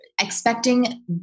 expecting